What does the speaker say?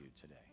today